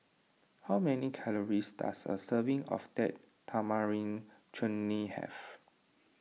how many calories does a serving of Date Tamarind Chutney have